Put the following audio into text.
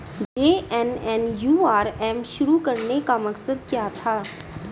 JNNURM शुरू करने का मकसद क्या था?